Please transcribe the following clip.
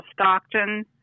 stockton